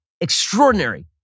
extraordinary